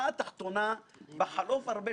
במידה רבה מתחנן: תסיר